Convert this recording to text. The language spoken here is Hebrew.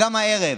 גם הערב